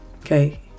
okay